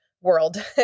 world